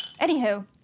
Anywho